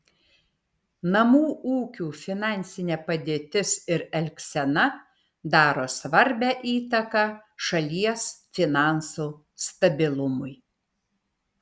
namų ūkių finansinė padėtis ir elgsena daro svarbią įtaką šalies finansų stabilumui